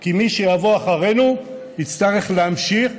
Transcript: כי מי שיבוא אחרינו יצטרך להמשיך,